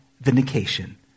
vindication